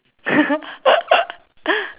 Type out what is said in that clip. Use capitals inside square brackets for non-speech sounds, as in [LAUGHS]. [LAUGHS]